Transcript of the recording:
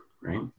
right